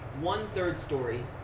one-third-story